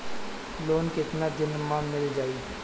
Loan कितना दिन में मिल जाई?